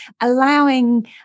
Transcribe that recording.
allowing